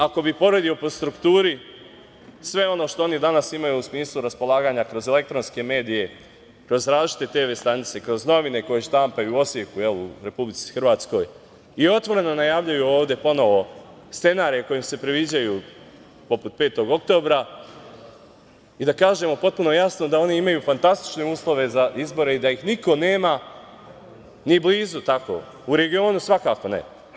Ako bi poredio po strukturi sve ono što oni danas imaju u smislu raspolaganja kroz elektronske medije, kroz različite TV stanice, kroz novine koje štampaju u Osijeku, u Republici Hrvatskoj, i otvoreno najavljuju ovde ponovo scenarije koji im se priviđaju, poput 5. oktobra, i da kažemo potpuno jasno da oni imaju fantastične uslove za izbore i da ih niko nema ni blizu tako, u regionu svakako ne.